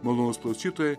malonūs klausytojai